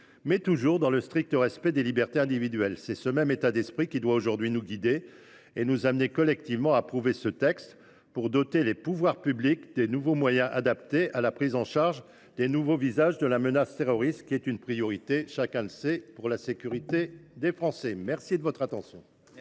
pénal, dans le strict respect des libertés individuelles. C’est ce même état d’esprit qui doit aujourd’hui nous guider et nous amener, collectivement, à approuver ce texte. Doter les pouvoirs publics de nouveaux moyens adaptés à la prise en charge des nouveaux visages de la menace terroriste est une priorité pour la sécurité des Français. La parole est